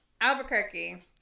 Albuquerque